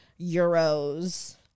euros